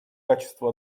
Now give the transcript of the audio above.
качество